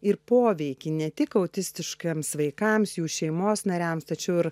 ir poveikį ne tik autistiškiems vaikams jų šeimos nariams tačiau ir